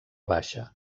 baixa